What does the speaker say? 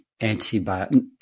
antibiotic